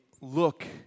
look